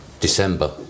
December